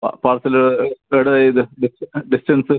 ആ പാർസല് ഏടെ ഇത് ഡിസ്റ്റൻസ്